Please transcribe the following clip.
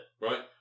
Right